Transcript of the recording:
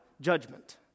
Judgment